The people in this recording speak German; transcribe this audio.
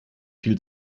viel